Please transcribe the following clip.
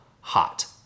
hot